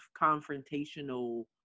confrontational